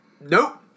Nope